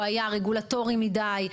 או היה רגולטורי מידי,